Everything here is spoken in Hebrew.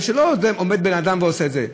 זה לא שעומד בן אדם ועושה את זה.